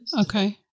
Okay